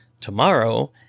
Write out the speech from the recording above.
tomorrow